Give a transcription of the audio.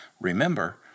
Remember